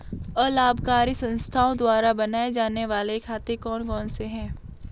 अलाभकारी संस्थाओं द्वारा बनाए जाने वाले खाते कौन कौनसे हैं?